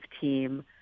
team